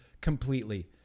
completely